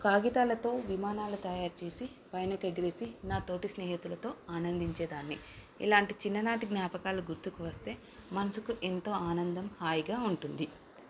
కాగితాలతో విమానాాల తయారు చేేసి పైనకి ఎగరేసి నా తోటి స్నేహితులతో ఆనందించేదాన్ని ఇలాంటి చిన్ననాటి జ్ఞాపకాలు గుర్తుకు వస్తే మనసుకు ఎంతో ఆనందం హాయిగా ఉంటుంది